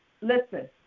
listen